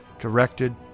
Directed